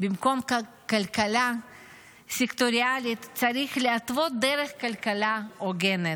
במקום כלכלה סקטוריאלית צריך להתוות דרך לכלכלה הוגנת.